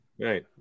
Right